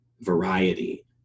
variety